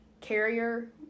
carrier